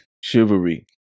chivalry